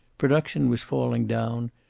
production was falling down.